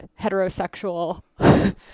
heterosexual